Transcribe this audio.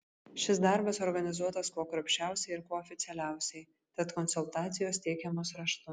šis darbas organizuotas kuo kruopščiausiai ir kuo oficialiausiai tad konsultacijos teikiamos raštu